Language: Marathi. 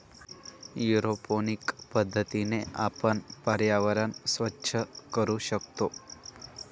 एरोपोनिक पद्धतीने आपण पर्यावरण स्वच्छ करू शकतो